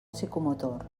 psicomotor